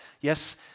yes